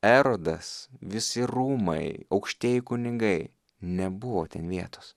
erodas visi rūmai aukštieji kunigai nebuvo ten vietos